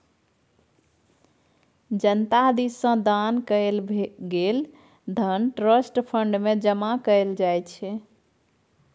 जनता दिस सँ दान कएल गेल धन ट्रस्ट फंड मे जमा कएल जाइ छै